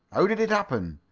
how did it happen?